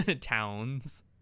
towns